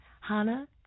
Hana